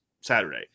Saturday